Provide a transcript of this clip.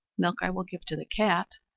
milk i will give to the cat,